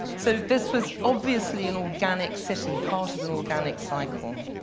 so this was obviously an organic city, part of an organic cycle.